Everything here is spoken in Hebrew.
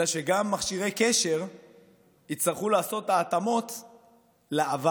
אלא שגם מכשירי קשר יצטרכו לעשות התאמות לעבר.